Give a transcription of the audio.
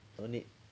no need